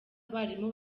abarimu